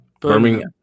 Birmingham